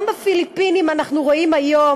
גם בפיליפינים אנחנו רואים היום,